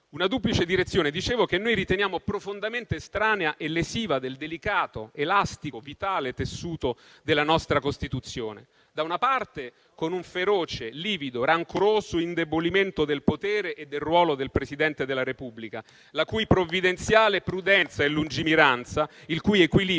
Una duplice direzione - dicevo - che noi riteniamo profondamente estranea e lesiva del delicato, elastico e vitale tessuto della nostra Costituzione: da una parte con un feroce, livido e rancoroso indebolimento del potere e del ruolo del Presidente della Repubblica, la cui provvidenziale prudenza e lungimiranza, il cui equilibrio